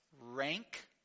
rank